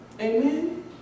Amen